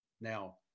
Now